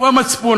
הוא המצפון,